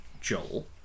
Joel